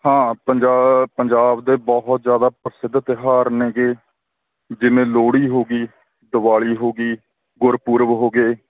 ਹਾਂ ਪੰਜਾ ਪੰਜਾਬ ਦੇ ਬਹੁਤ ਜ਼ਿਆਦਾ ਪ੍ਰਸਿੱਧ ਤਿਉਹਾਰ ਨੇਗੇ ਜਿਵੇ ਲੋਹੜੀ ਹੋ ਗਈ ਦਿਵਾਲੀ ਹੋ ਗਈ ਗੁਰਪੁਰਬ ਹੋ ਗਏ